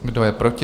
Kdo je proti?